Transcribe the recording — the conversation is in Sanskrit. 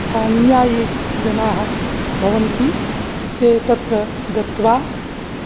थानीयाः ये भवन्ति ते तत्र गत्वा